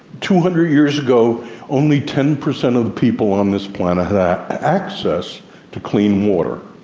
two hundred years ago only ten percent of the people on this planet had access to clean water.